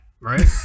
right